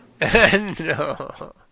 No